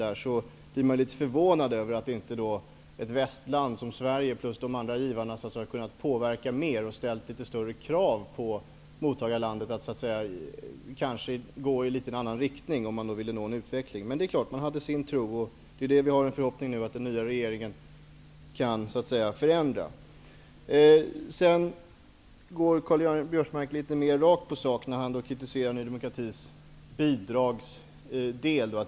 Man blir litet förvånad över att inte ett västland som Sverige, eller de andra givarna, har kunnat påverka mer och ställt litet större krav på mottagarlandet att gå i en annan riktning om det skulle uppnås en utveckling. Men man hade sin tro. Det är vår förhoppning nu att den nya regeringen kan förändra. Karl-Göran Biörsmark går mera rakt på sak när han kritiserar Ny demokratis bidragsdel.